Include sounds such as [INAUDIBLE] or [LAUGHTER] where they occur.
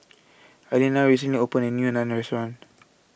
Aleena recently opened A New Naan Restaurant [NOISE]